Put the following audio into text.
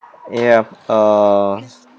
ya uh